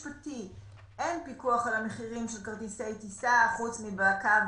אין פיקוח על המחירים של כרטיסי טיסה, חוץ מלקו